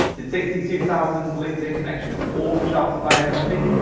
did sixty two thousand linkedin connections all rush out to buy a copy?